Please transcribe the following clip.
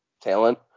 talent